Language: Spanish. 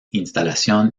instalación